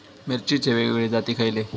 मिरचीचे वेगवेगळे जाती खयले?